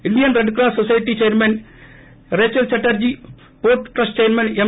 Indian Red Cross Society chairman Rachel Chatterjee పోర్లు trust chairman ఎం